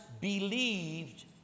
believed